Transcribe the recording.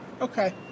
okay